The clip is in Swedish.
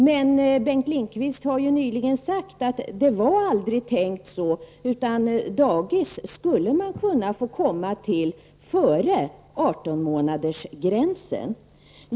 Men Bengt Lindqvist har ju nyligen sagt att det var aldrig tänkt så, utan man skulle kunna få komma till daghem före 18 månadersgränsen.